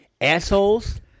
assholes